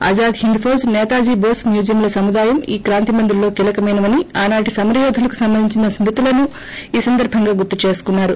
అజాద్ హింద్ ఫౌజ్ సేతాజీ బోస్ మ్యూజియంల సముదాయం ఈ క్రాంతిమందిర్ లో కీలకమైనవని ఆనాటి సమరయోధులకు సంబంధించిన స్కృతులను ఈ సందర్భంగా గుర్తు చేసుకున్నారు